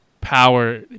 power